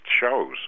shows